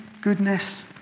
goodness